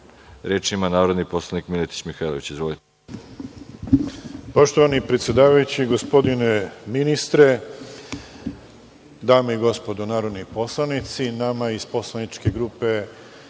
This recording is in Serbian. reč? Reč ima narodni poslanik Miletić Mihajlović. **Miletić Mihajlović** Poštovani predsedavajući, gospodine ministre, dame i gospodo narodni poslanici, nama iz poslaničke grupe